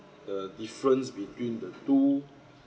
the difference between the two